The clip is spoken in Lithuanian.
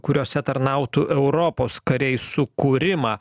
kuriuose tarnautų europos kariai sukūrimą